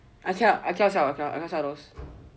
I cannot I cannot sell I cannot sell those